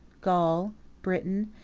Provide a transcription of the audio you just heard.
gaul britain,